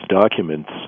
documents